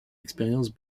expériences